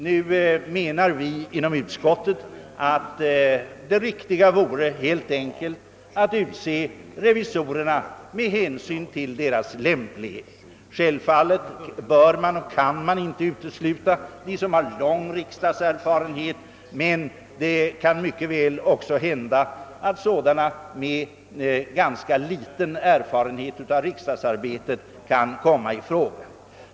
Vi har i utskottet menat att det riktiga helt enkelt vore att utse revisorerna med hänsyn till deras lämplighet. Självfallet bör och kan man inte utesluta personer med lång riksdagserfarenhet, men det kan också mycket väl hända att ledamöter med ganska liten erfarenhet av riks dagsarbetet kan komma i fråga.